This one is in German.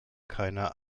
keiner